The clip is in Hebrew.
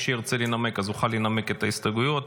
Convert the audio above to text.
ומי שירצה לנמק יוכל לנמק את ההסתייגויות.